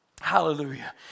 Hallelujah